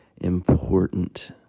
important